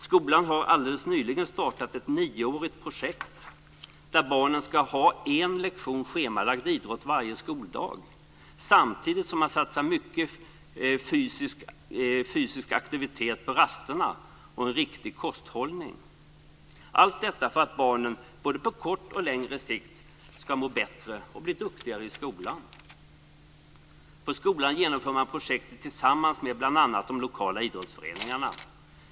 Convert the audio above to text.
Skolan har alldeles nyligen startat ett nioårigt projekt där barnen ska ha en lektion schemalagd idrott varje skoldag, samtidigt som man satsar mycket på fysisk aktivitet på rasterna liksom på en riktig kosthållning; allt detta för att barnen både på kort och på längre sikt ska må bättre och bli duktigare i skolan. På skolan genomför man projektet tillsammans med bl.a. de lokala idrottsföreningarna.